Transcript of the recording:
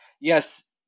yes